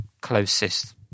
closest